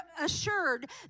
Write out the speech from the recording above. assured